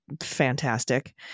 fantastic